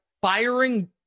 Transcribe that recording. Firing